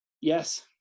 yes